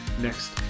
next